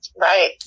Right